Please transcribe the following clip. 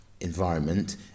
environment